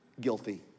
guilty